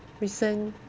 recent